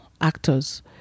actors